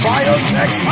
Biotech